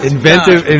Inventive